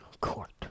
court